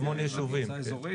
כוכב יאיר היא מועצה אזורית?